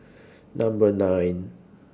Number nine